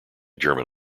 german